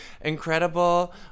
incredible